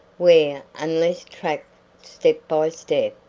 where, unless tracked step by step,